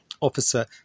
Officer